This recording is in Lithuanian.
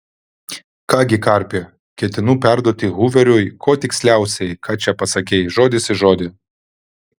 ką gi karpi ketinu perduoti huveriui kuo tiksliausiai ką čia pasakei žodis į žodį